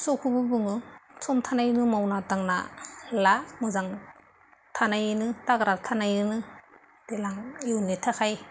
सबखौबो बुङो सम थानायावनो मावना दांना ला मोजां थानायावनो थाग्रा थानायावनो देनां इयुननि थाखाय